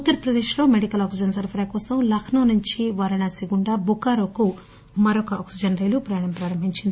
ఉత్తర్ ప్రదేక్లో medical oxygen సరఫరా కోసం లక్నో నుంచి వారణాసి గుండా బొకారోకు మరొక ఆక్సిజన్ రైలు ప్రయాణం ప్రారంభించింది